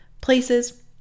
places